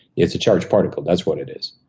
it's a charged particle. that's what it is.